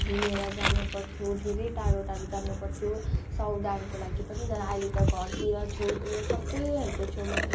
हिँडेर जानुपर्थ्यो धेरै टाढा टाढा जानुपर्थ्यो सौदाहरूको लागि पनि तर अहिले त घरतिर छेउतिर सबैहरूको छेउमा